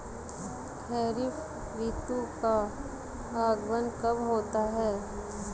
खरीफ ऋतु का आगमन कब होता है?